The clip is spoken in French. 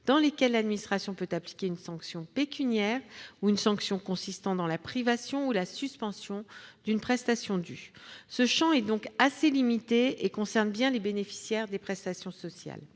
dans lesquelles l'administration peut appliquer une sanction pécuniaire ou une sanction consistant dans la privation ou la suspension d'une prestation due. Ce champ est donc assez limité et concerne bien les bénéficiaires des prestations sociales.